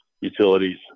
utilities